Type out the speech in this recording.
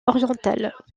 orientale